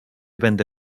będę